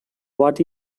what